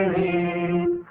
a